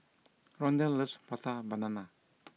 Rondal loves Prata Banana